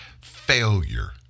failure